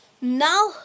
Now